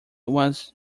was